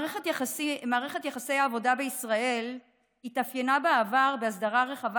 מערכת יחסי העבודה בישראל התאפיינה בעבר בהסדרה רחבה